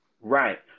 Right